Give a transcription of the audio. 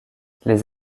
les